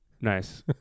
Nice